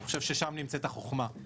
אני חושב ששם נמצאת החכמה.